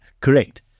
Correct